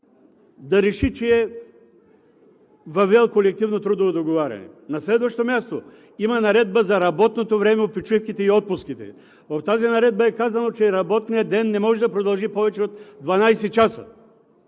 да реши, че е въвел колективно трудово договаряне. На следващо място, има Наредба за работното време, почивките и отпуските. В тази наредба е казано, че работният ден не може да продължи повече от 12 часа,